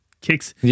kicks